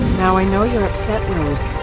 now i know you're upset rose,